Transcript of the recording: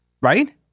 Right